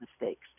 mistakes